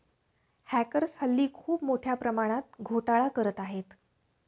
hackers हल्ली खूप मोठ्या प्रमाणात घोटाळा करत आहेत